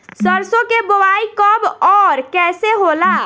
सरसो के बोआई कब और कैसे होला?